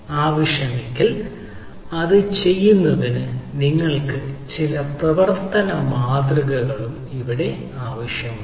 ആവശ്യമെങ്കിൽ അത് ചെയ്യുന്നതിന് നിങ്ങൾക്ക് ചില പ്രവചന മാതൃകയും ഇവിടെ ആവശ്യമാണ്